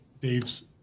dave's